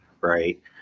right